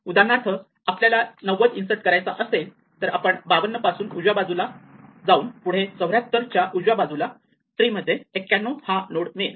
उदाहरणार्थ आपल्याला 90 इन्सर्ट करायचा असेल तर आपण 52 पासून उजव्या बाजूला जाऊन पुढे 74 च्या उजव्या बाजूला ट्री मध्ये 91 हा नोड मिळेल